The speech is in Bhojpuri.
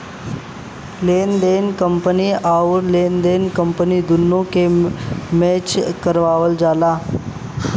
लेनेदार कंपनी आउर देनदार कंपनी दुन्नो के मैच करावल जाला